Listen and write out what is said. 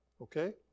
okay